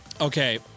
Okay